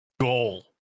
goal